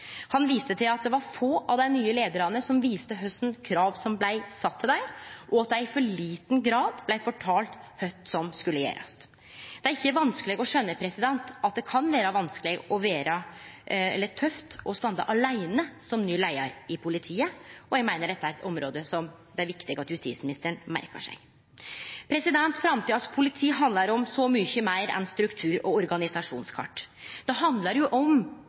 Han viste til at det var få av dei nye leiarane som visste kva for krav som blei sette til dei, og at dei i for liten grad blei fortalde kva som skulle gjerast. Det er ikkje vanskeleg å skjøne at det kan vere tøft å stå åleine som ny leiar i politiet. Eg meiner dette er eit område det er viktig at justisministeren merkar seg. Framtidas politi handlar om så mykje meir enn struktur og organisasjonskart. Det handlar om – det trur eg me er veldig einige om